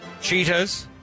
cheetahs